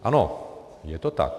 Ano, je to tak.